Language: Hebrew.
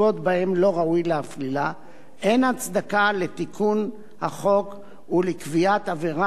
אין הצדקה לתיקון החוק ולקביעת עבירה פלילית האוסרת התנהגויות אלה.